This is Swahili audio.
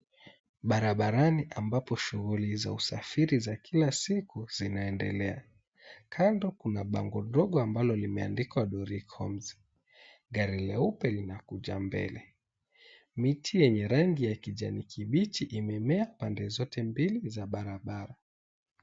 Barabarani ambapo shughuli za usafiri za kila siku zinaendelea. Kando kuna bango dogo ambalo limeandikwa, Dori Comms. Gari leupe linakuja mbele. Miti yenye rangi ya kijani kibichi imemea pande zote mbili za barabara.